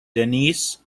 denise